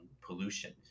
pollution